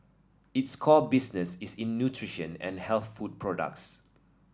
its core business is in nutrition and health food products